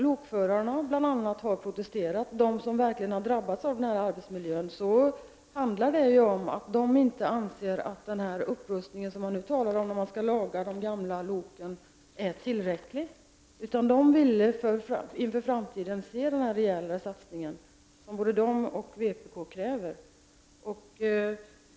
Lokförarna, som ju är de som drabbas av den här arbetsmiljön, anser inte att en reparation av de gamla loken är tillräcklig, utan de kräver inför framtiden en rejälare satsning, något som även vpk gör.